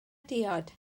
diod